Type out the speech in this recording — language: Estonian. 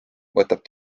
võtab